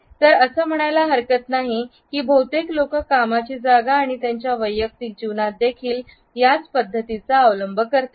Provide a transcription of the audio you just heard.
तर असं म्हणायला हरकत नाही की बहुतेक लोक कामाची जागा आणि त्यांच्या वैयक्तिक जीवनात देखील याच पद्धतीचा अवलंब करतात